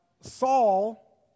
Saul